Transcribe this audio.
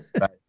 Right